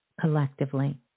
collectively